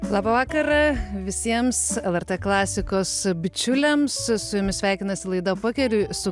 labą vakarą visiems lrt klasikos bičiuliams su jumis sveikinasi laida pakeliui su